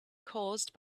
cause